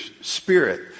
spirit